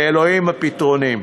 לאלוהים הפתרונים,